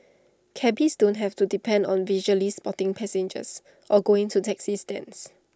cabbies don't have to depend on visually spotting passengers or going to taxi stands